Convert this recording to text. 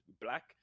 Black